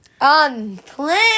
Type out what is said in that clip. Unplanned